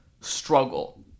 struggle